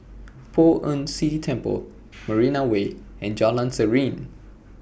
Poh Ern Shih Temple Marina Way and Jalan Serene